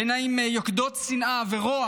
בעיניים יוקדות שנאה ורוע